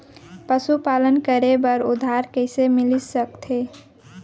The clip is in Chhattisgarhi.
पशुपालन करे बर उधार कइसे मिलिस सकथे?